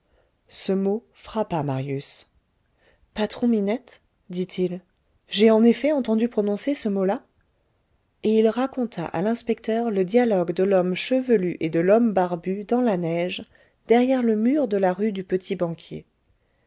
ce mot frappa marius patron-minette dit-il j'ai en effet entendu prononcer ce mot-là et il raconta à l'inspecteur le dialogue de l'homme chevelu et de l'homme barbu dans la neige derrière le mur de la rue du